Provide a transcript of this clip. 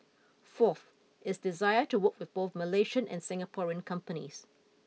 fourth it's desire to work with both Malaysian and Singaporean companies